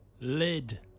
Lid